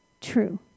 true